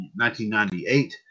1998